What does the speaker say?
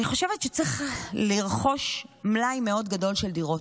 אני חושבת שצריך לרכוש מלאי מאוד גדול של דירות,